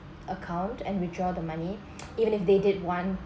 account and withdraw the money even if they did want